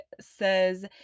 says